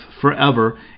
forever